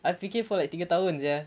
I fikir for like tiga tahun sia